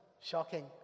Shocking